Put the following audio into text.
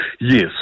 Yes